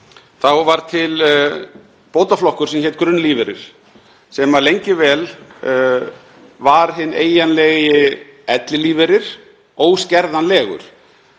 varð til bótaflokkur sem hét grunnlífeyrir sem lengi vel var hinn eiginlegi ellilífeyrir, óskerðanlegur.